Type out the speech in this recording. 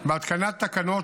תקדים.